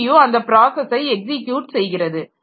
CPU அந்த ப்ராஸஸை execute செய்கிறது